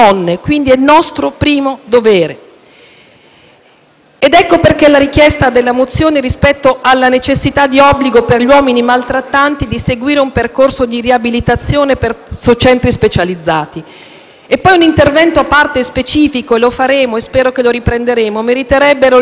Ecco perché la richiesta della mozione rispetto alla necessità di un obbligo per gli uomini maltrattanti di seguire un percorso di riabilitazione presso centri specializzati. Un intervento a parte e specifico (lo faremo poi e spero che riprenderemo questo punto) meriterebbe poi l'orribile questione degli abusi sulle donne con disabilità.